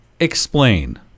Explain